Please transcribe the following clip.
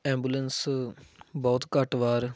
ambulance ਬਹੁਤ ਘੱਟ ਵਾਰ